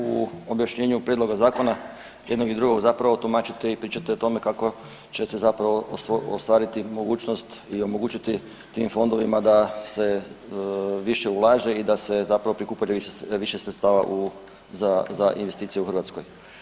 U objašnjenju prijedloga zakona jednog i drugog zapravo tumačite i pričate o tome kako ćete zapravo ostvariti mogućnost i omogućiti tim fondovima da se više ulaže i da se zapravo prikuplja više sredstava za investicije u Hrvatskoj.